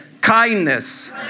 Kindness